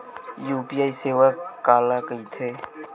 UPI सेवा काला कइथे?